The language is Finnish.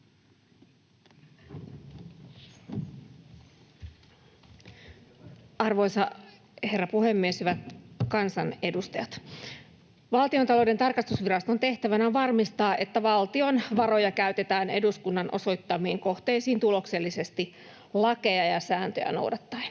Arvoisa herra puhemies, hyvät kansanedustajat! Valtiontalouden tarkastusviraston tehtävänä on varmistaa, että valtion varoja käytetään eduskunnan osoittamiin kohteisiin tuloksellisesti lakeja ja sääntöjä noudattaen.